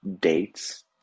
dates